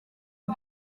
fut